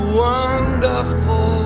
wonderful